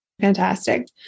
Fantastic